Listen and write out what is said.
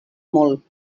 molt